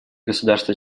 государства